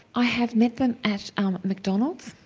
i have met them at um mcdonald's,